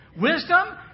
Wisdom